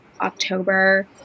October